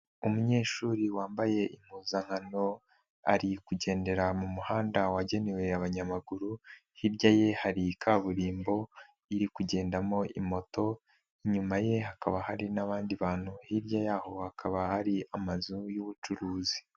Umunyeshuri wambaye impuzankano ari kugendera mu muhanda wagenewe abanyamaguru, hirya ye hari kaburimbo iri kugendamo moto, inyuma ye hakaba hari n'abandi bantu, hirya yaho hakaba hari amazu y'ubucuruzi.